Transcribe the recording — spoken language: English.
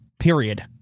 Period